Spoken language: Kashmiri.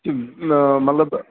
یہِ چھِ مطلب